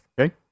Okay